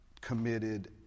committed